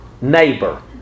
neighbor